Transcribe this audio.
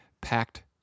packed